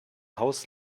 haus